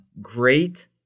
great